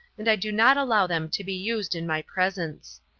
and i do not allow them to be used in my presence.